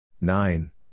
Nine